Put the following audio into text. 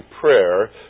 prayer